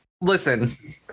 listen